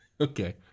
Okay